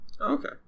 Okay